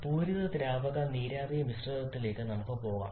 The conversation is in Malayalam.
പൂരിത ദ്രാവക നീരാവി മിശ്രിതത്തിലേക്ക് നമുക്ക് പോകാം